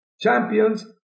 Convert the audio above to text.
champions